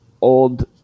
old